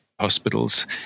hospitals